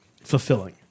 fulfilling